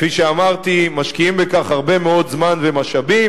כפי שאמרתי, משקיעים בכך הרבה מאוד זמן ומשאבים.